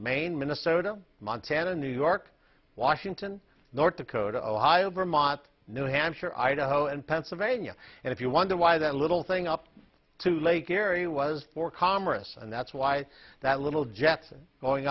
maine minnesota montana new york washington north dakota ohio vermont new hampshire idaho and pennsylvania and if you wonder why that little thing up to lake erie was for commerce and that's why that little jetson going